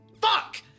Fuck